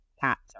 cats